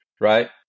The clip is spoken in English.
right